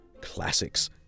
Classics